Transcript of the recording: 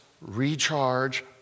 recharge